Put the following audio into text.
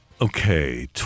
Okay